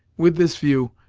with this view,